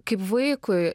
kaip vaikui